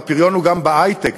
והפריון הוא גם בהיי-טק,